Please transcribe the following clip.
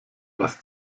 was